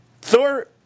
Thor